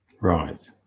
Right